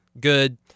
Good